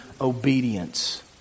obedience